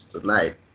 tonight